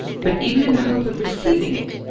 but, even in the hope of receiving it,